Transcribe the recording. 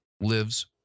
lives